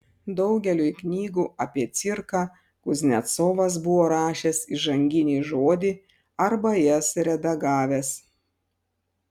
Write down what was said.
daugeliui knygų apie cirką kuznecovas buvo rašęs įžanginį žodį arba jas redagavęs